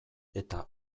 eta